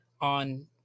on